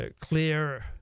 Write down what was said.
clear